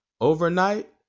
overnight